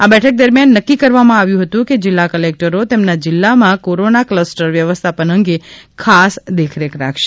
આ બેઠક દરમિયાન નકકી કરવામાં આવ્યું હતું કે જીલ્લા કલેકટરી તેમના જીલ્લામાં કોરોના કલસ્ટર વ્યવસ્થાપન અંગે ખાસ દેખરેખ રાખશે